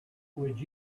would